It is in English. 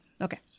Okay